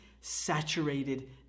saturated